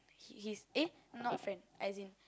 he he's eh not friend as in